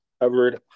covered